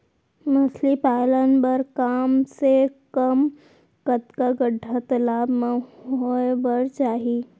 मछली पालन बर कम से कम कतका गड्डा तालाब म होये बर चाही?